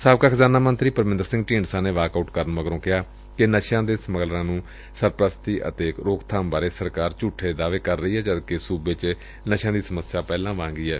ਸਾਬਕਾ ਖਜ਼ਾਨਾ ਮੰਤਰੀ ਪਰਮਿੰਦਰ ਸਿੰਘ ਢੀਂਡਸਾ ਨੇ ਵਾਕਆਊਟ ਕਰਨ ਮਗਰੋ ਕਿਹਾ ਕਿ ਨਸ਼ਿਆਂ ਦੇ ਸਮਗਲਰਾਂ ਨੂੰ ਸਰਪ੍ਰਸਤੀ ਅਤੇ ਰੋਕਬਾਮ ਬਾਰੇ ਸਰਕਾਰ ਝੂਠੇ ਦਾਅਵੇ ਕਰ ਰਹੀ ਏ ਜਦ ਕਿ ਸੁਬੇ ਚ ਨਸ਼ਿਆਂ ਦੀ ਸਮੱਸਿਆਂ ਪਹਿਲਾਂ ਵਾਂਗ ਕਾਇਮ ਏ